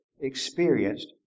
experienced